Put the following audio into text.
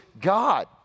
God